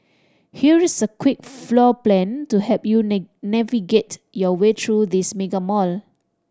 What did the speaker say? here's a quick floor plan to help you navigate your way through this mega mall